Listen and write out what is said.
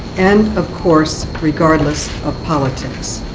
and, of course, regardless of politics.